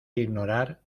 ignorar